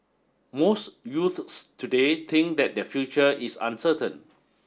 most youths today think that their future is uncertain